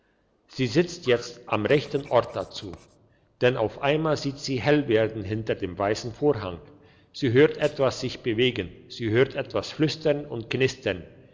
sie sitzt jetzt am rechten orte dazu denn auf einmal sieht sie hell werden hinter dem weissen vorhang sie hört etwas sich bewegen sie hört etwas flüstern und knistern